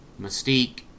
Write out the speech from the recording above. Mystique